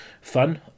fun